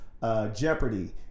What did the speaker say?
Jeopardy